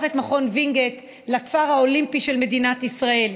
את מכון וינגייט לכפר האולימפי של מדינת ישראל,